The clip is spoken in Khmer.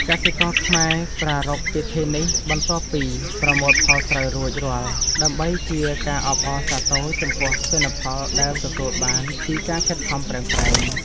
កសិករខ្មែរប្រារព្ធពិធីនេះបន្ទាប់ពីប្រមូលផលស្រូវរួចរាល់ ដើម្បីជាការអបអរសាទរចំពោះទិន្នផលដែលទទួលបានពីការខិតខំប្រឹងប្រែង។